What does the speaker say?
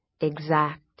exact